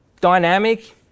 dynamic